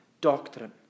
doctrine